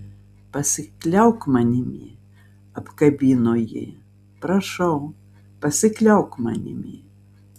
pasikliauk manimi apkabino jį prašau pasikliauk manimi